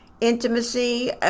intimacy